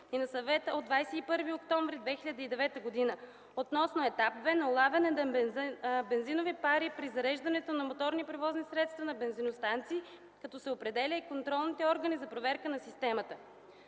и на Съвета от 21 октомври 2009 г. относно етап II на улавяне на бензиновите пари при зареждането на моторни превозни средства на бензиностанции, като се определят и контролните органи за проверка на системите.